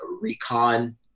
recon